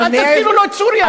אל תזכירי לו את סוריה.